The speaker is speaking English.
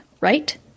right